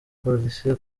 polisi